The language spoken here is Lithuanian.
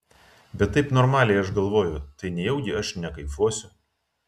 bet taip normaliai aš galvoju tai nejaugi aš nekaifuosiu